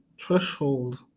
threshold